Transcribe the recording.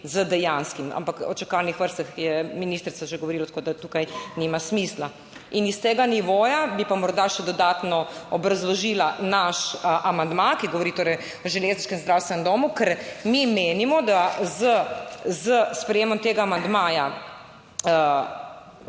z dejanskim. Ampak o čakalnih vrstah je ministrica že govorila, tako da tukaj nima smisla. In iz tega nivoja bi pa morda še dodatno obrazložila naš amandma, ki govori torej o železniškem zdravstvenem domu, ker mi menimo, da s sprejemom tega amandmaja